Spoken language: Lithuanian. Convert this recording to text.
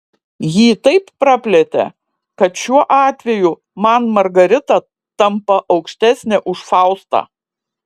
jį taip praplėtė kad šiuo atveju man margarita tampa aukštesnė už faustą